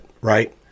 right